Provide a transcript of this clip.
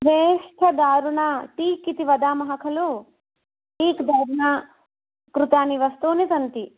वेष्ठदारुणा teak इति वदामः खलु टीक् र्मा कृतानि वस्तूनि सन्ति